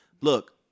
look